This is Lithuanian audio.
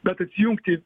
bet atsijungti